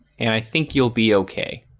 and i think you'll be okay